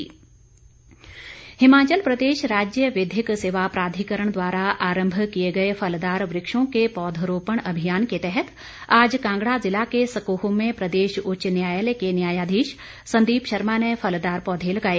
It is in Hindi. पौधरोपण हिमाचल प्रदेश राज्य विधिक सेवा प्राधिकरण द्वारा आरंभ किए गए फलदार वृक्षों के पौधरोपण अभियान के तहत आज कांगड़ा जिला के सकोह में प्रदेश उच्च न्यायालय के न्यायाधीश संदीप शर्मा ने फलदार पौधे लगाए